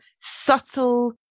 subtle